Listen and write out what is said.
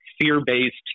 fear-based